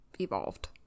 evolved